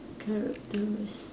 characteris~